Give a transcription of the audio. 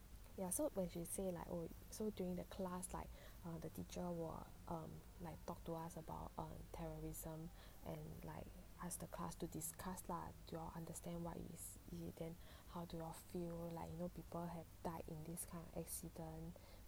ya so when she say like oh so during the class like the teacher will um like talk to us about err terrorism and like ask the class to discuss lah your understand what is it then how do you feel like you know people have died in this kind of accident